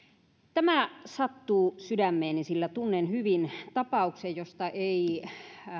tämä sattuu sydämeeni sillä tunnen hyvin tapauksen josta ei